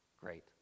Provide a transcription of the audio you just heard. great